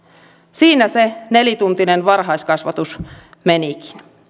siinä se nelituntinen varhaiskasvatus menikin